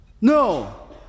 No